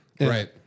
right